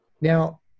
Now